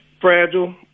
fragile